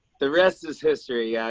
the rest is history. yeah,